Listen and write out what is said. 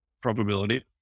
probability